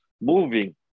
moving